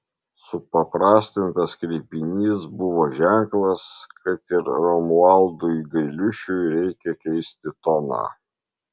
supaprastintas kreipinys buvo ženklas kad ir romualdui gailiušiui reikia keisti toną